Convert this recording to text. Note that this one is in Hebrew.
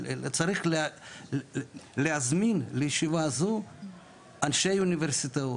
וצריך להזמין לישיבה הזאת אנשי אוניברסיטאות.